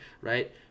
right